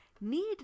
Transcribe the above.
need